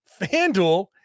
FanDuel